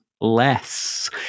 less